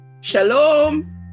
Shalom